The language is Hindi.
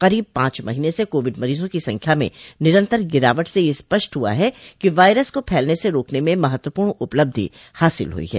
करीब पांच महीने से कोविड मरीजों की संख्या में निरंतर गिरावट से यह स्पष्ट हुआ है कि वायरस को फैलने से रोकने में महत्वपूर्ण उपलब्धि हासिल हुई है